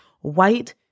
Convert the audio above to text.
White